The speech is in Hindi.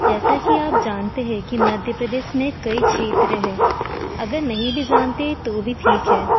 जैसा कि आप जानते हैं कि मध्य प्रदेश में कई क्षेत्र हैं अगर नहीं भी जानते तो भी ठीक है